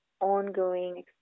ongoing